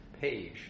page